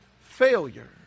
failure